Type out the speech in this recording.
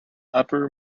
upper